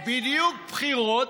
זה בדיוק בחירות,